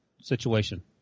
situation